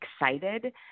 excited